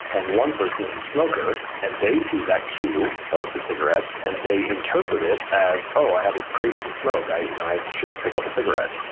and one person is a smoker and they see that cue of the cigarettes, and they interpret it as, oh, i have this craving to smoke. i and i should pick up a cigarette.